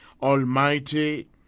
Almighty